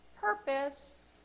purpose